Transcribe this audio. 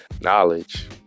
knowledge